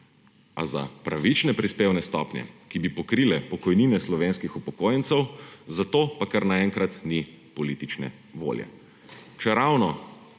A za pravične prispevne stopnje, ki bi pokrile pokojnine slovenskih upokojencev, za to pa kar naenkrat ni politične volje, čeravno